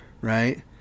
right